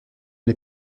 les